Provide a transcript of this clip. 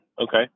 Okay